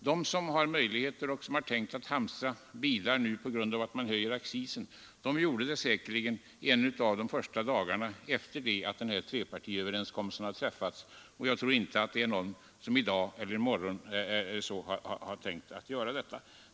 De som har möjligheter och har tänkt att hamstra bilar på grund av att man höjer bilaccisen gjorde det säkerligen en av de första dagarna efter det att trepartiöverenskommelsen hade träffats, och jag tror inte att det är någon som har tänkt göra det i dag eller i morgon.